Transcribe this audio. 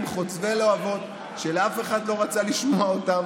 חוצבי להבות שאף אחד לא רצה לשמוע אותם,